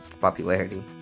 popularity